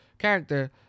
Character